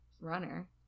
runner